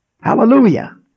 Hallelujah